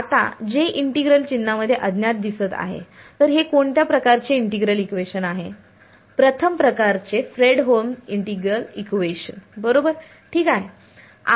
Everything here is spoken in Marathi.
आता J इंटिग्रल चिन्हामध्ये अज्ञात दिसत आहे तर हे कोणत्या प्रकारचे इंटिग्रल इक्वेशन आहे प्रथम प्रकारचे फ्रेडहोल्म इंटिग्रल इक्वेशन बरोबर ठीक आहे